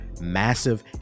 massive